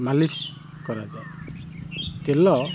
ମାଲିସ୍ କରାଯାଏ ତେଲ